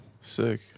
Sick